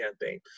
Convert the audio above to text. campaign